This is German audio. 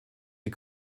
die